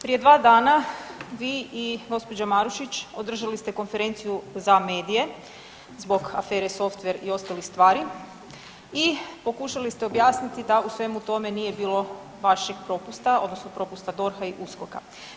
Prije dva dana vi i gospođa Marušić održali ste konferenciju za medije zbog afere Softver i ostalih stvari i pokušali ste objasniti da u svemu tome nije bilo vašeg propusta odnosno propusta DORH-a i USKOK-a.